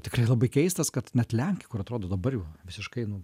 tikrai labai keistas kad net lenkai kur atrodo dabar jau visiškai nu